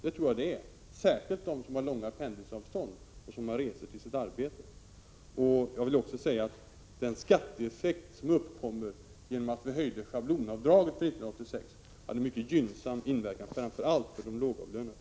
Det tror jag att det är. Det är särskilt intressant för dem som har långa pendelavstånd och reser till sitt arbete. Den skatteeffekt som uppkommer genom att vi höjde schablonavdraget för 1986 har en mycket gynnsam inverkan, framför allt för de lågavlönade.